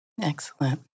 Excellent